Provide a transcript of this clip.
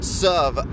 serve